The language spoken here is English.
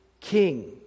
king